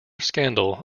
scandal